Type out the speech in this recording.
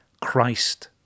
Christ